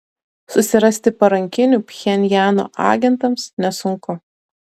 susirasti parankinių pchenjano agentams nesunku